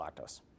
lactose